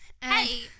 hey